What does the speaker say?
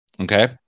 Okay